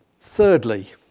Thirdly